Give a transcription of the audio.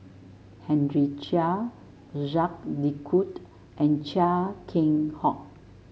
Henry Chia Jacques De Coutre and Chia Keng Hock